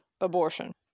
abortion